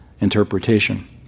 interpretation